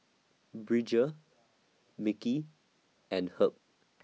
Bridger Mickie and Herb